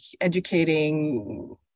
educating